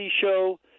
show